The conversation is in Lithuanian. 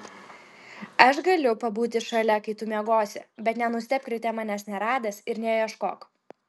aš galiu pabūti šalia kai tu miegosi bet nenustebk ryte manęs neradęs ir neieškok